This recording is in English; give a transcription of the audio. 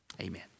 Amen